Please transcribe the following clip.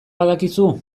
badakizu